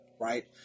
Right